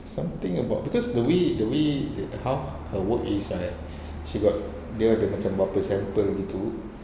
something about because the way the way they how her work is like she got dia ada macam beberapa sample gitu